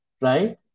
right